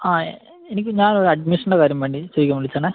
ആ എനിക്ക് ഞാന് ഒരു അഡ്മിഷന്റെ കാര്യം വേണ്ടി ചോദിക്കാന് വിളിച്ചെതാണേ